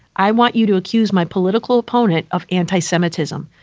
i want you to accuse my political opponent of anti-semitism.